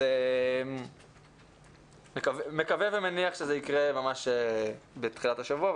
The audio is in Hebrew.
אז מקווה ומניח שזה יקרה ממש בתחילת השבוע,